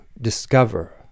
discover